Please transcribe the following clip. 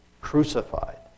crucified